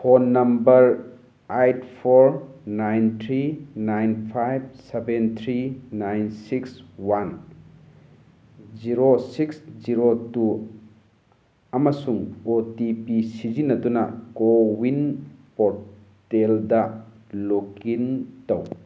phone number eight four nine three nine five seven three nine six one zero six zero two ꯑꯃꯁꯨꯡ O T P ꯁꯤꯖꯤꯟꯅꯗꯨꯅ ꯀꯣꯋꯤꯟ ꯄꯣꯔꯇꯦꯜꯗ log in ꯇꯧ